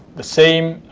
the same